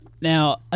Now